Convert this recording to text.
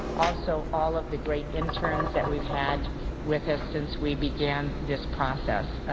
also all of the great interns that we've had with us since we began this process.